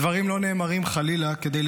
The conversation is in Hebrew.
הדברים לא נאמרים חלילה כדי לפלג.